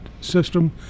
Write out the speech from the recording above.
system